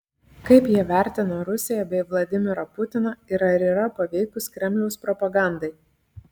kaip jie vertina rusiją bei vladimirą putiną ir ar yra paveikūs kremliaus propagandai